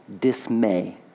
dismay